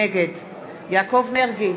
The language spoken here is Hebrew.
נגד יעקב מרגי,